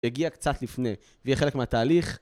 הגיע קצת לפני, ויהיה חלק מהתהליך.